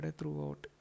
throughout